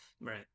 Right